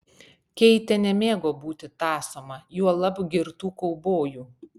keitė nemėgo būti tąsoma juolab girtų kaubojų